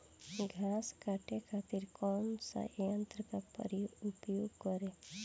घास काटे खातिर कौन सा यंत्र का उपयोग करें?